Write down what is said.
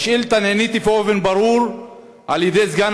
על השאילתה נעניתי באופן ברור על-ידי סגן